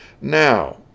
Now